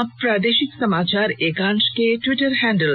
आप प्रादेशिक समाचार एकांश के टिवटर हैंडल